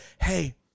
Hey